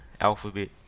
alphabet